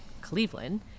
Cleveland